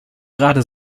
gerade